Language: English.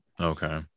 Okay